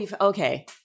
Okay